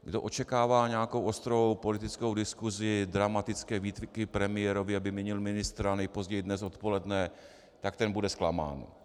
Kdo očekává nějakou ostrou politickou diskusi, dramatické výtky premiérovi, aby vyměnil ministra nejpozději dnes odpoledne, tak ten bude zklamán.